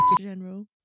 General